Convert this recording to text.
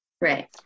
Right